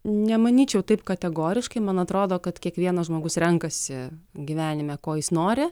nemanyčiau taip kategoriškai man atrodo kad kiekvienas žmogus renkasi gyvenime ko jis nori